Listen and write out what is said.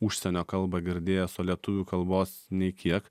užsienio kalbą girdėjęs o lietuvių kalbos nei kiek